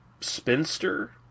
spinster